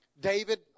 David